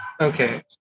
Okay